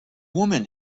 woman